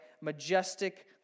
majestic